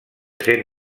sent